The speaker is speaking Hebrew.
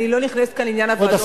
אני לא נכנסת כאן לעניין הוועדות.